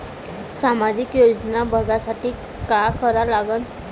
सामाजिक योजना बघासाठी का करा लागन?